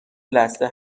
لثه